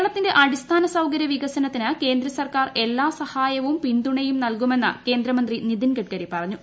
കേരളത്തിന്റെ അടിസ്ഥാന സൌകര്യ വികസനത്തിന് കേന്ദ്ര സർക്കാർ എല്ലാ ്സഹായവും പിൻതുണയും നൽകുമെന്ന് കേന്ദ്രമന്ത്രി നിതിൻഗഡ്കരി പറഞ്ഞു